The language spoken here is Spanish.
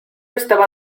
estaba